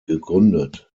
gegründet